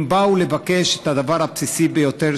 הם באו לבקש את הדבר הבסיסי ביותר,